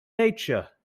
nature